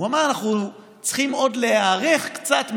הוא אמר: אנחנו צריכים עוד להיערך קצת מדינית,